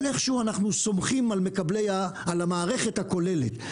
ואיכשהו אנחנו סומכים על המערכת הכוללת.